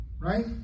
Right